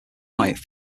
white